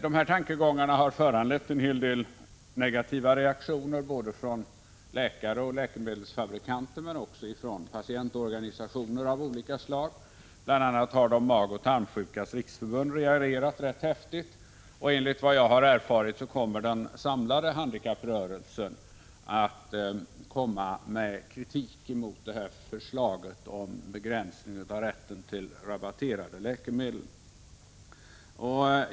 De här tankegångarna har föranlett en hel del negativa reaktioner från både läkare och läkemedelsfabrikanter men också från patientorganisationer av olika slag. Bl.a. har de magoch tarmsjukas riksförbund reagerat rätt häftigt. Enligt vad jag har erfarit kommer den samlade handikapprörelsen att framföra kritik mot detta förslag om begränsning av rätten till rabatterade läkemedel.